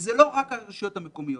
זה לא רק הרשויות המקומיות.